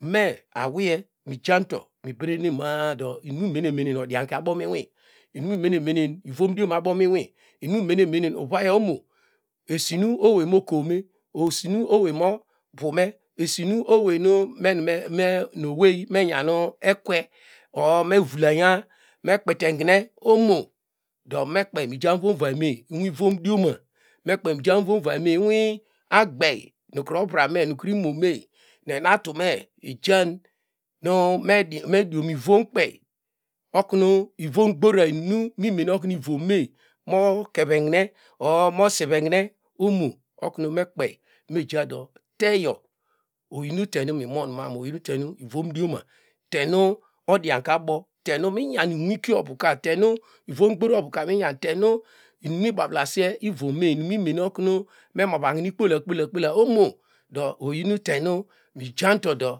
Me awiye mijanto me brame ma- adi ininmene odianka abom iwi imenene ivomdiona abomi inwi inimene uvaya ono esinu oweymo kowme esinu owey me bo me esinu ewey nu menme owey menjanu ekwe or mevlaya mekpeteme umo do mekpe mijan mvonva yme nukeru imo me nu enatume mejan mediomivom kpe ivomgbora inim nekru inen irome mo kevenhne or mo sivehne umo okmu mekpey mejado tiyo oyin tenu mimonnan ivomdiona tenu odianke abo tenu a aninyan inwikio ovuka nu ivomgbora ovuka minyan tenu inim mi bablese ivome inim nu mene okru emavahne ikpolokpola ikpota omo oyin tenu mijanuto do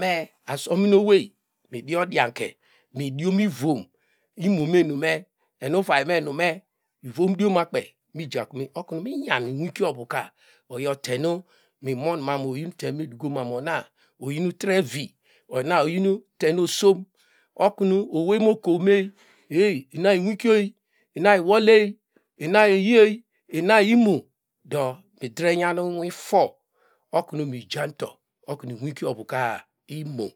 me ominawy mi di odyanke midimi ivom imome nume enu farynme oknu miyan inwikio ovuka oyo tenu monmanu oyin temi duko oyi tre vi ona oyin tenu osom ekun owey mokowme eiy ina inwikide ina wole ina iyie inaino do midre nyan inwifuom oknu mijanto onu inwikio ruka imo nhu ona.